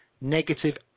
negative